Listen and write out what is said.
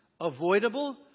avoidable